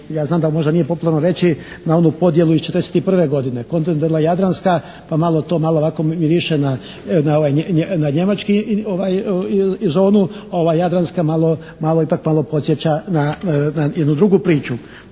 ja znam da možda nije popularno reći na onu podjelu iz '41. godine, kontinentalna jadranska pa malo to, malo ovako mi više na njemački i za onu jadranska malo ipak podsjeća na jednu drugu priču.